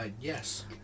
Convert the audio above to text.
Yes